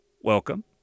welcome